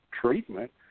treatment